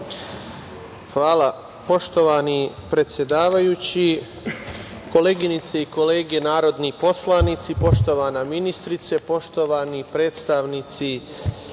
Hvala. Poštovani predsedavajući, koleginice i kolege narodni poslanici, poštovana ministrice, poštovani predstavnici